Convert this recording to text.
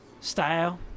style